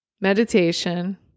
meditation